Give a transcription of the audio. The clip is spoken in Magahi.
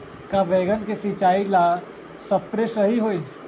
का बैगन के सिचाई ला सप्रे सही होई?